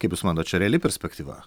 kaip jūs manot čia reali perspektyva